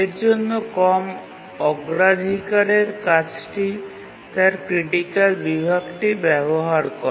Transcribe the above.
এর জন্য কম অগ্রাধিকারের কাজটি তার ক্রিটিকাল বিভাগটি ব্যবহার করে